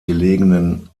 gelegenen